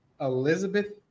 Elizabeth